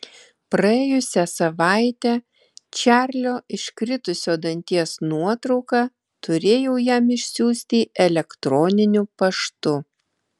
praėjusią savaitę čarlio iškritusio danties nuotrauką turėjau jam išsiųsti elektroniniu paštu